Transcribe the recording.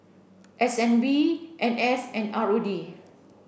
S N B N S and R O D